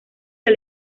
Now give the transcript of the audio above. del